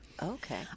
Okay